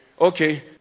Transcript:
okay